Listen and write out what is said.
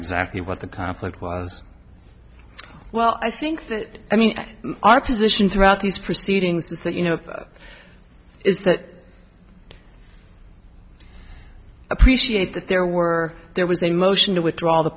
exactly what the conflict was well i think that i mean our position throughout these proceedings was that you know is that appreciate that there were there was a motion to withdraw the